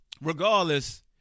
Regardless